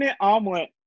omelet